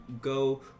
go